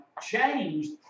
changed